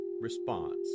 response